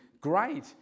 great